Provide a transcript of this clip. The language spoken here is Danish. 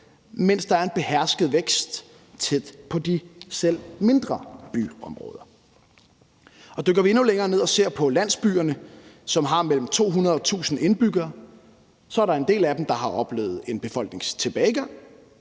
mens der er en behersket vækst tæt på selv de mindre byområder. Dykker vi endnu længere ned og ser på landsbyerne, som har mellem 200 og 1.000 indbyggere, så er der en del af dem, der har oplevet en befolkningstilbagegang.